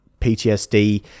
PTSD